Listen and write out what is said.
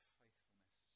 faithfulness